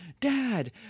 Dad